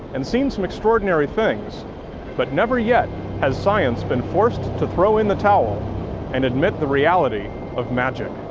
and seen some extraordinary things but never yet has science been forced to throw in the towel and admit the reality of magic.